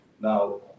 now